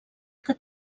que